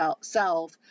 self